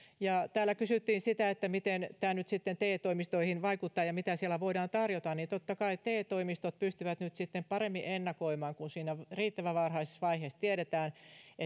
täällä kysyttiin miten tämä nyt sitten te toimistoihin vaikuttaa ja mitä siellä voidaan tarjota totta kai te toimistot pystyvät nyt sitten paremmin ennakoimaan kun riittävän varhaisessa vaiheessa tiedetään